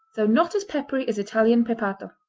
though not as peppery as italian pepato.